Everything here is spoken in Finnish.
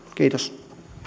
kiitos